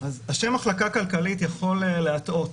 השם "מחלקה כלכלית" יכול להטעות.